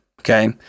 Okay